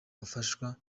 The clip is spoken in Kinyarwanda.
bafashwa